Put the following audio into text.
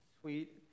sweet